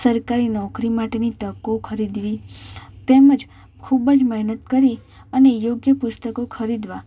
સરકારી નોકરી માટેની તકો ખરીદવી તેમજ ખૂબ જ મહેનત કરી અને યોગ્ય પુસ્તકો ખરીદવા